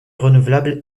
renouvelable